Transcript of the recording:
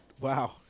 Wow